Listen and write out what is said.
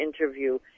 interview